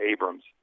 Abrams